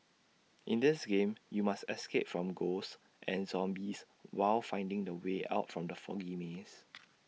in this game you must escape from ghosts and zombies while finding the way out from the foggy maze